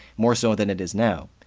more so than it is now.